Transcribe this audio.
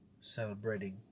celebrating